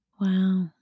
Wow